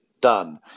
done